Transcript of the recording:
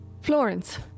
Florence